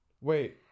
Wait